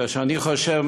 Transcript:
כשאני חושב,